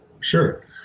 Sure